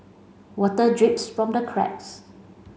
water drips from the cracks